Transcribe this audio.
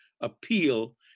appeal